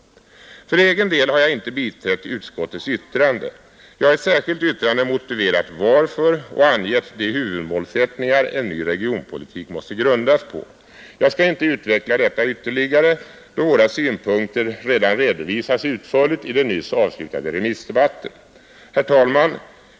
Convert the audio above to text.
För egen del har jag inte biträtt utskottets yttrande. Jag har i ett särskilt yttrande motiverat varför och angett de huvudmålsättningar en ny regionpolitik måste grundas på. Jag skall inte utveckla detta ytterligare, då våra synpunkter redovisats utförligt i den nyss avslutade remissdebatten. Herr talman!